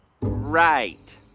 Right